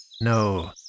No